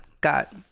got